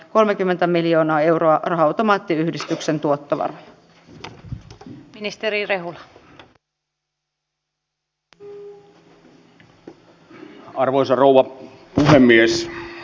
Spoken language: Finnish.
kolmekymmentä miljoonaa euroa raha automaattiyhdistyksen tuottovaroja jos mikä niin tällaiset tuotannot ovat maabrändityötä parhaimmillaan